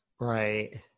right